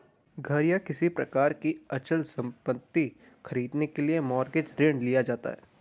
घर या किसी प्रकार की अचल संपत्ति खरीदने के लिए मॉरगेज ऋण लिया जाता है